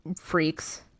freaks